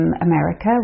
America